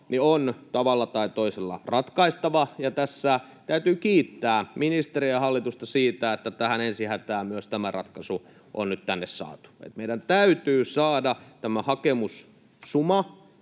on tavalla tai toisella ratkaistava, ja tässä täytyy kiittää ministeriä ja hallitusta siitä, että tähän ensi hätään myös tämä ratkaisu on nyt saatu. Meidän täytyy saada tämä hakemussuma